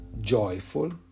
joyful